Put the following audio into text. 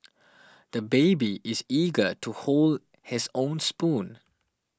the baby is eager to hold his own spoon